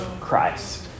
Christ